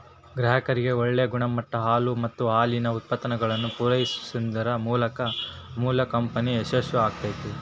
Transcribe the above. ಗ್ರಾಹಕರಿಗೆ ಒಳ್ಳೆ ಗುಣಮಟ್ಟದ ಹಾಲು ಮತ್ತ ಹಾಲಿನ ಉತ್ಪನ್ನಗಳನ್ನ ಪೂರೈಸುದರ ಮೂಲಕ ಅಮುಲ್ ಕಂಪನಿ ಯಶಸ್ವೇ ಆಗೇತಿ